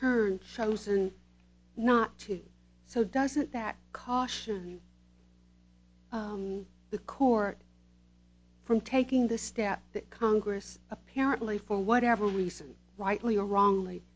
turn chosen not to so doesn't that caution the core from taking the step that congress apparently for whatever reason whitely or wrongly